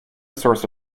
source